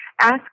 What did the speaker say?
Ask